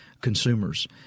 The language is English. consumers